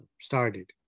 started